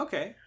Okay